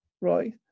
right